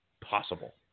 possible